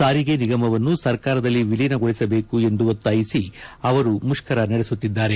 ಸಾರಿಗೆ ನಿಗಮವನ್ನು ಸರ್ಕಾರದಲ್ಲಿ ವಿಲೀನಗೊಳಿಸಬೇಕು ಎಂದು ಒತ್ತಾಯಿಸಿ ಅವರು ಮುಷ್ನ ರ ನಡೆಸುತ್ತಿದ್ದಾರೆ